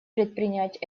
предпринять